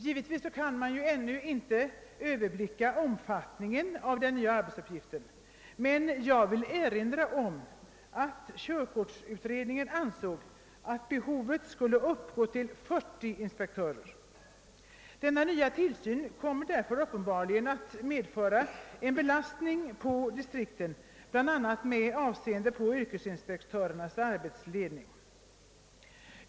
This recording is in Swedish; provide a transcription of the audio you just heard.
Givetvis kan man ännu inte överblicka omfattningen av dessa nya arbetsuppgifter, men jag vill erinra om att körkortsutredningen ansåg att behovet skulle uppgå till 40 inspektörer. Denna nva tillsyn kommer därför uppenbarligen att medföra en belastning på distrikten bl.a. med avseende på yrkesinspektörernas arbetsledning.